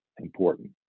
important